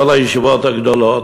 כל הישיבות הגדולות,